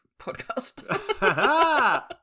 podcast